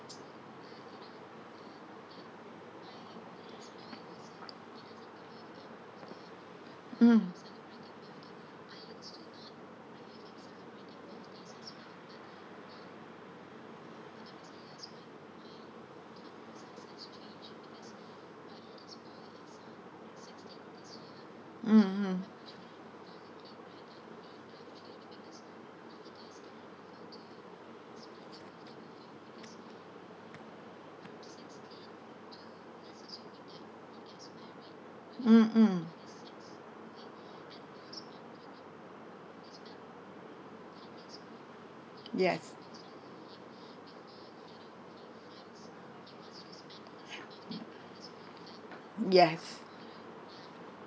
mm mmhmm mm mm yes yes